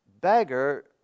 beggar